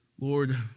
Lord